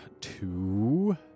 two